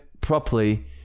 properly